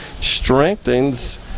strengthens